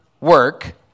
work